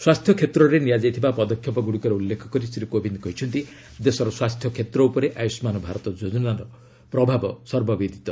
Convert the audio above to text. ସ୍ୱାସ୍ଥ୍ୟ କ୍ଷେତ୍ରରେ ନିଆଯାଇଥିବା ପଦକ୍ଷେପଗୁଡ଼ିକର ଉଲ୍ଲେଖ କରି ଶ୍ରୀ କୋବିନ୍ଦ କହିଛନ୍ତି ଦେଶର ସ୍ୱାସ୍ଥ୍ୟ କ୍ଷେତ୍ର ଉପରେ ଆୟୁଷ୍ମାନ ଭାରତ ଯୋଜନାର ପ୍ରଭାବ ସର୍ବବିଦିତ